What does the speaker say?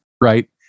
right